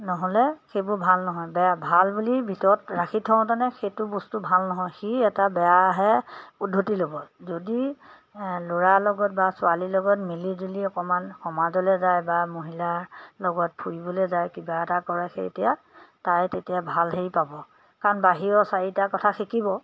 নহ'লে সেইবোৰ ভাল নহয় বেয়া ভাল বুলি ভিতৰত ৰাখি থওঁতেনে সেইটো বস্তু ভাল নহয় সি এটা বেয়াহে পদ্ধতি ল'ব যদি ল'ৰাৰ লগত বা ছোৱালীৰ লগত মিলি জুলি অকণমান সমাজলৈ যায় বা মহিলাৰ লগত ফুৰিবলৈ যায় কিবা এটা কৰে সেই এতিয়া তাই তেতিয়া ভাল হেৰি পাব কাৰণ বাহিৰৰ চাৰিটা কথা শিকিব